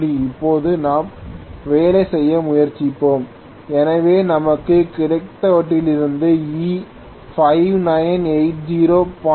இப்போது நாம் வேலை செய்ய முயற்சிப்போம் எனவே நமக்கு கிடைத்தவற்றிலிருந்து E 5980 δ 5